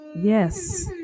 Yes